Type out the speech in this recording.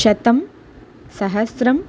शतं सहस्रम्